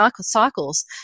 cycles